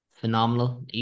phenomenal